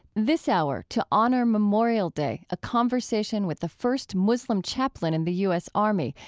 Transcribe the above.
this hour, to honor memorial day, a conversation with the first muslim chaplain in the u s. army,